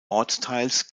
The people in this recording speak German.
ortsteils